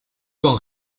con